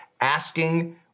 asking